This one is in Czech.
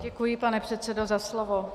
Děkuji, pane předsedo, za slovo.